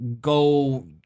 go